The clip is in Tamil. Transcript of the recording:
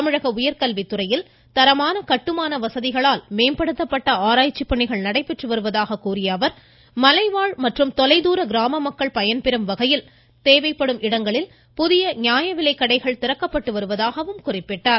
தமிழக உயர்கல்வித்துறையில் தரமான கட்டுமான வசதிகளால் மேம்படுத்தப்பட்ட ஆராய்ச்சி பணிகள் நடைபெற்று வருவதாக தெரிவித்த அவர் மலைவாழ் தொலைதூர கிராமமக்கள் பயன்பெறும் வகையில் தேவைப்படும் இடங்களில் புதிய நியாயவிலைக் கடைகள் திறக்கப்படுவதாக குறிப்பிடடார்